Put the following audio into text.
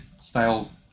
style